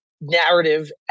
narrative